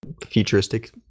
futuristic